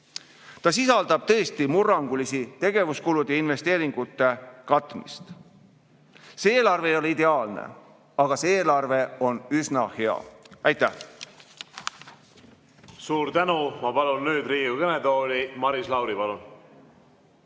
Ta sisaldab tõesti murrangulist tegevuskulude ja investeeringute katmist. See eelarve ei ole ideaalne, aga see eelarve on üsna hea. Aitäh! Suur tänu! Ma palun nüüd Riigikogu kõnetooli Maris Lauri. Palun!